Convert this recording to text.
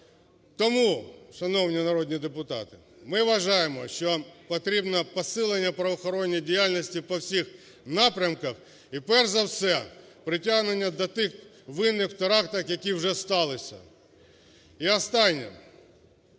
Тому, шановні народні депутати, ми вважаємо, що потрібне посилення правоохоронної діяльності по всіх напрямках, і перш за все притягнення до тих винних в терактах, які вже сталися. І останнє.